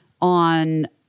on